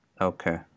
Okay